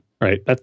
right